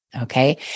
okay